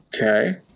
Okay